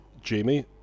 Jamie